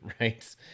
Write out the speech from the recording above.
right